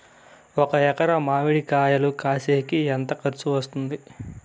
ఒక ఎకరాకి మామిడి కాయలు కోసేకి ఎంత ఖర్చు వస్తుంది?